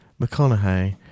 McConaughey